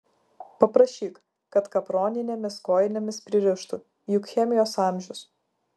paprašyk kad kaproninėmis kojinėmis pririštų juk chemijos amžius